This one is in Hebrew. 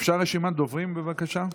אפשר רשימת דוברים, בבקשה?